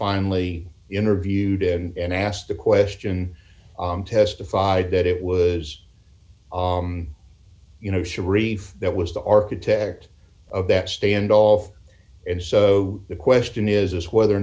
finally interviewed and asked the question testified that it was you know sharif that was the architect of that standoff and so the question is whether or